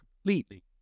completely